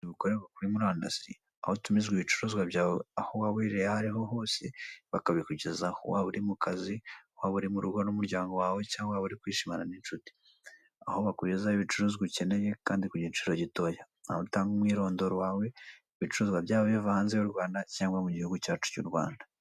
Bukorerwa kuri murandasi aho utumiza ibicuruzwa byawe aho waba uherereye ahariho hose bakabikugezaho, waba uri ku kazi, waba uri mu rugo n'umuryango wawe cyangwa waba uri kwishimana n'inshuti, aho bakugezaho ibicuruzwa ukeneye kandi ku giciro gitoya. Aho utanga umwirondoro wawe, ibicuruzwa byaba biva hanze y'u Rwanda cyangwa mu gihugu cyacu cy'u Rwanda.